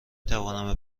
توانم